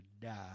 die